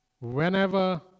whenever